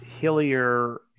hillier